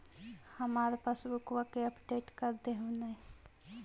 हमार पासबुकवा के अपडेट कर देहु ने?